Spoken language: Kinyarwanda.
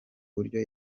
buryo